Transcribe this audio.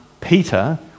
Peter